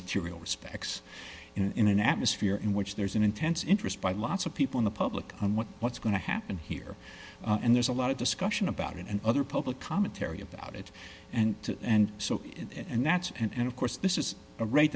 immaterial respects in an atmosphere in which there's an intense interest by lots of people in the public on what what's going to happen here and there's a lot of discussion about it and other public commentary about it and and so and that's and of course this is a r